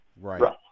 Right